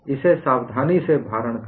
इसे सावधानी से भारण करें